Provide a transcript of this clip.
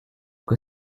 que